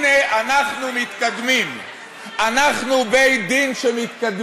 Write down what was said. הנה, אנחנו מתקדמים, אנחנו בית-דין של מתקדמים.